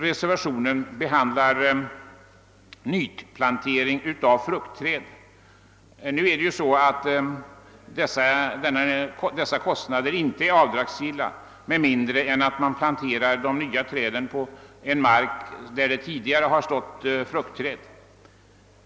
Reservationen 3 avser nyplantering av fruktträd. Kostnader för detta ändamål är för närvarande inte avdragsgilla med mindre än att de nya träden planteras på mark där det tidigare stått fruktträd.